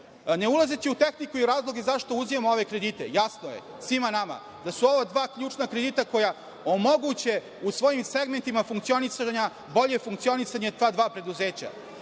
ne ulazeći u tehniku i razloge zašto uzimamo ove kredite. Jasno je, svima nama, da su ova dva ključna kredita koja omoguće u svojim segmentima funkcionisanja, bolje funkcionisanje ta dva preduzeća. Pre